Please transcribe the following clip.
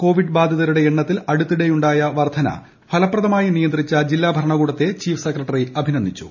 Covid ബാധിതരുടെ എണ്ണത്തിൽ അടുത്തിടെയുണ്ടായ വർദ്ധനവ് ഫലപ്രദമായി നിയന്ത്രിച്ച ജില്ലാ ഭരണകൂടത്തെ ചീഫ് സെക്രട്ടറി അഭിനന്ദിച്ചു